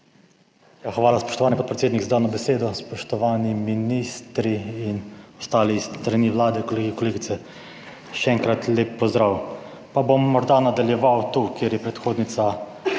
hvala spoštovani podpredsednik, za dano besedo. Spoštovani ministri in ostali s strani Vlade, kolegi in kolegice, še enkrat lep pozdrav. Pa bom morda nadaljeval tu, kjer je predhodnica končala.